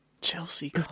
Chelsea